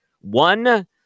One